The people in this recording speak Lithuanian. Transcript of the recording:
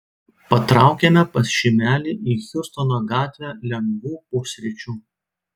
patraukėme pas šimelį į hjustono gatvę lengvų pusryčių